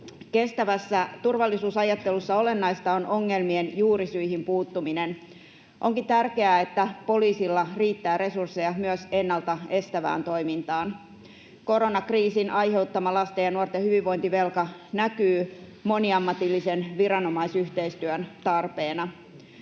Kestävässä turvallisuusajattelussa olennaista on ongelmien juurisyihin puuttuminen. Onkin tärkeää, että poliisilla riittää resursseja myös ennalta estävään toimintaan. Koronakriisin aiheuttama lasten ja nuorten hyvinvointivelka näkyy moniammatillisen viranomaisyhteistyön tarpeena.